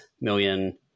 million